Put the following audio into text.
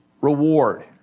reward